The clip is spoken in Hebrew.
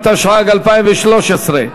התשע"ג 2013,